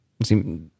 See